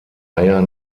eier